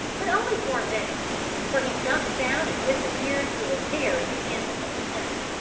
but only for a minute for he jumped down and disappeared through a tear in the canvas of the tent.